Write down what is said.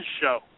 show